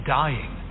dying